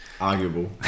arguable